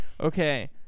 okay